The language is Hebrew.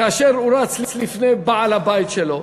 כאשר הוא רץ לפני בעל הבית שלו,